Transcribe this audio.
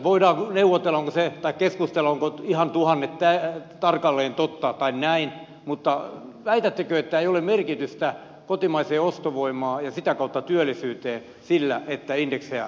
voidaan keskustella onko ihan tuhannet tarkalleen totta tai näin mutta väitättekö että ei ole merkitystä kotimaiseen ostovoimaan ja sitä kautta työllisyyteen sillä että indeksejä leikataan